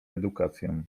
edukację